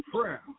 prayer